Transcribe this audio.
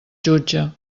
jutge